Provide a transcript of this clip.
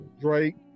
Drake